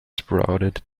sprouted